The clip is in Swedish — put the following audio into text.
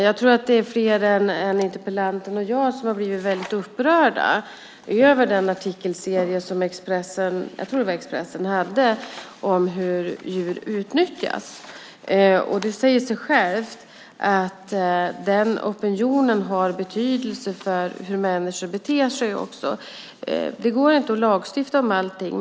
Jag tror att det är fler än interpellanten och jag som har blivit väldigt upprörda över den artikelserie som, tror jag, Expressen hade om hur djur utnyttjas. Det säger sig självt att den opinionen också har betydelse för hur människor beter sig. Det går inte att lagstifta om allting.